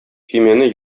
көймәне